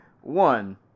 one